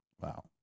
Wow